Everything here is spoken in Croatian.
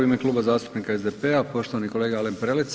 U ime Kluba zastupnika SDP-a poštovani kolega Alen Prelec.